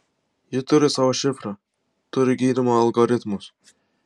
ji turi savo šifrą turi gydymo algoritmus